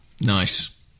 Nice